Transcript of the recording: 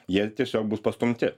jie tiesiog bus pastumti